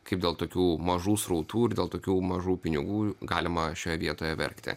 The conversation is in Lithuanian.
kaip dėl tokių mažų srautų ir dėl tokių mažų pinigų galima šioje vietoje verkti